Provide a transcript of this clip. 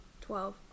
Twelve